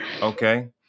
Okay